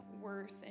worth